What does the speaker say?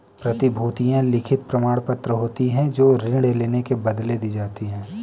प्रतिभूतियां लिखित प्रमाणपत्र होती हैं जो ऋण लेने के बदले दी जाती है